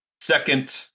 second